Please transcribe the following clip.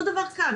אותו דבר כאן,